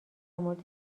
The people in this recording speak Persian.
مورد